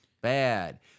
bad—